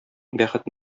бәхет